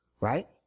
right